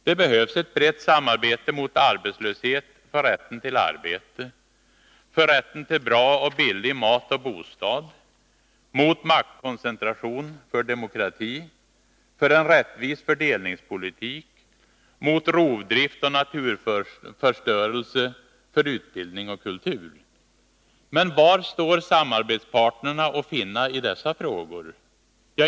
Det behövs ett brett samarbete mot arbetslöshet, för rätten till arbete, för rätten till bra och billig mat och bostad, mot maktkoncentration, för demokrati, för en rättvis fördelningspolitik, mot rovdrift och naturförstörelse, för utbildning och kultur. Men var står samarbetspartnerna att finna i dessa frågor?